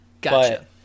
Gotcha